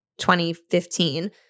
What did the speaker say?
2015